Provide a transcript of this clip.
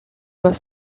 boit